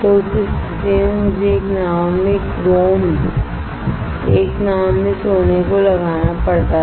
तो उस स्थिति में मुझे एक नाव में क्रोम एक नाव में गोल्ड को लगाना पड़ता था